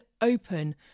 open